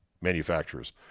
manufacturers